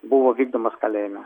buvo vykdomas kalėjime